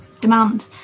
demand